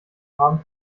haben